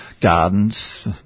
gardens